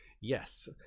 Yes